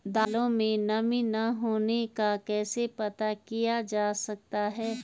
दालों में नमी न होने का कैसे पता किया जा सकता है?